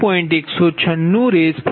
196 RsMWhr છે